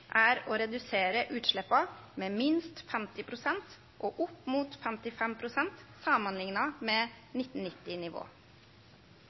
er å redusere utsleppa med minst 50 pst. og opp mot 55 pst. samanlikna